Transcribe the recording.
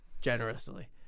generously